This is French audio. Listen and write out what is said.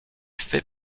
fait